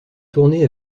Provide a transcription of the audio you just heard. tournée